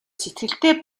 сэтгэлтэй